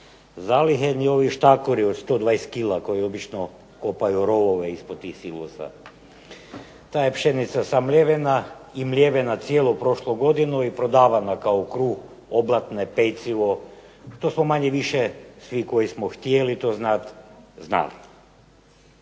zalihe, ni ovi štakori od 120 kg koji obično kopaju rovove ispod tih silosa. Ta je pšenica samljevena i mljevena cijelu prošlu godinu i prodavana kao kruh, oblatne, pecivo. To smo manje-više svi koji smo htjeli to znati znali.